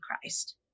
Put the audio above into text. Christ